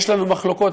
יש לנו מחלוקות.